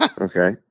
Okay